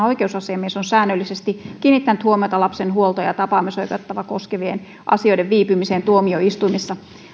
oikeusasiamies on säännöllisesti kiinnittänyt huomiota lapsen huolto ja tapaamisoikeutta koskevien asioiden viipymiseen tuomioistuimissa